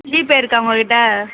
GPay இருக்கா உங்கக் கிட்டே